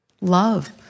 love